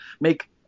make